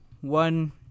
one